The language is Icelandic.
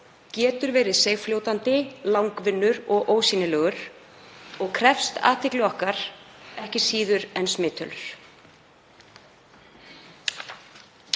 getur verið seigfljótandi, langvinnur og ósýnilegur og krefst athygli okkar ekki síður en smittölur.